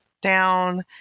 down